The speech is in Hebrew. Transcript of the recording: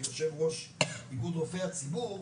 כיושב ראש איגוד רופאי הציבור,